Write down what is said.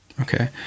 Okay